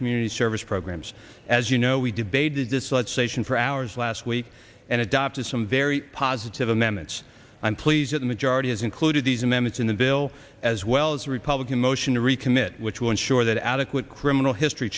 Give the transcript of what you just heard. community service programs as you know we debated this legislation for hours last week and adopted some very positive amendments i'm pleased that the majority has included these amendments in the bill as well as a republican motion to recommit which will ensure that adequate criminal history